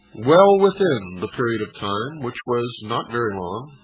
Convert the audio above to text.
well within the period of time, which was not very long,